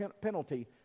penalty